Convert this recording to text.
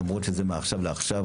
למרות שזה מעכשיו לעכשיו.